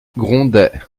grondait